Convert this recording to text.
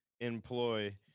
employ